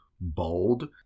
bold